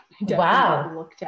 Wow